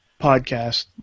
podcast